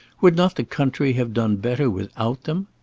would not the country have done better without them?